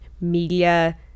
media